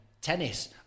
tennis